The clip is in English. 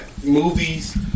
Movies